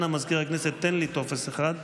אנא, מזכיר הכנסת, תן לי טופס אחד לידיי.